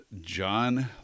John